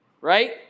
right